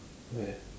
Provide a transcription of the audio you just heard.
where